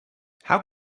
how